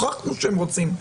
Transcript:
הוכחנו שהם רוצים.